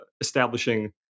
establishing